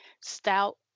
Stout